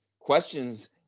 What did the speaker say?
questions